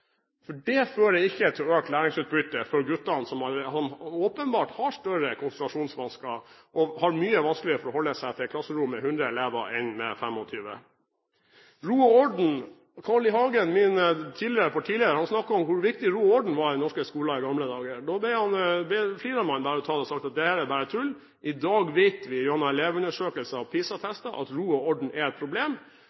for guttene, som åpenbart har større konsentrasjonsvansker, og som har mye vanskeligere for å holde seg til klasserommet når det er 100 elever enn når det er 25. Til ro og orden: Carl I. Hagen, min tidligere partileder, snakket om hvor viktig ro og orden var i den norske skolen i gamle dager. Det flirte man bare av og sa at det er bare tull. I dag vet vi, gjennom elevundersøkelser